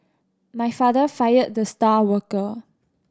my father fired the star worker